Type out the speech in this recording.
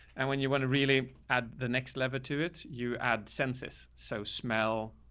and when you want to really add the next lever to it, you add census. so smell.